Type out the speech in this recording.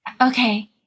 Okay